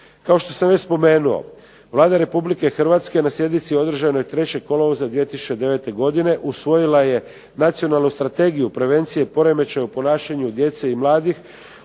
Kao što sam već spomenuo, Vlada Republike Hrvatske na sjednici održanoj 3. kolovoza 2009. godine usvojila je Nacionalnu strategiju prevencije poremećaja u ponašanju djece i mladih